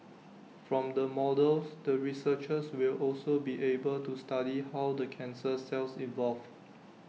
from the models the researchers will also be able to study how the cancer cells evolve